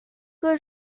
que